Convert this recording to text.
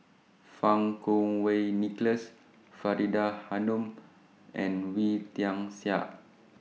Fang Kuo Wei Nicholas Faridah Hanum and Wee Tian Siak